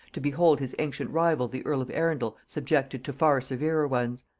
to behold his ancient rival the earl of arundel subjected to far severer ones.